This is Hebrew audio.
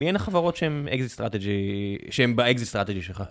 מי הן החברות שהן exit strategy, שהם ב exit strategy שלך?